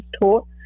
taught